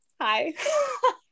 Hi